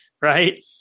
right